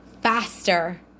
faster